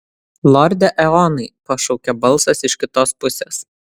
lorde eonai pašaukė balsas iš kitos pusės